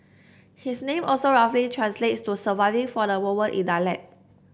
his name also roughly translates to surviving for the moment in dialect